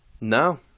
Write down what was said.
no